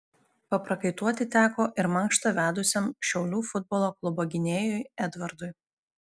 paprakaituoti teko ir mankštą vedusiam šiaulių futbolo klubo gynėjui edvardui